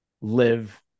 live